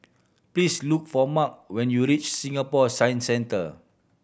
please look for Mark when you reach Singapore Science Centre